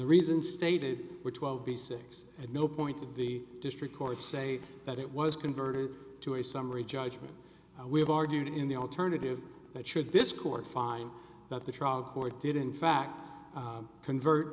the reason stated which will be six at no point to the district court say that it was converted to a summary judgment we have argued in the alternative that should this court find that the trial court did in fact convert